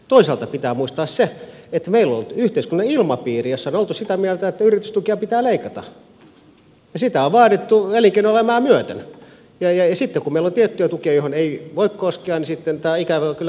toisaalta pitää muistaa se että meillä on ollut yhteiskunnallinen ilmapiiri jossa on oltu sitä mieltä että yritystukia pitää leikata ja sitä on vaadittu elinkeinoelämää myöten ja sitten kun meillä on tiettyjä tukia joihin ei voi koskea tämä on ikävä kyllä johtanut siihen